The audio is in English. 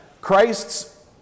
Christ's